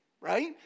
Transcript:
right